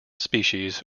species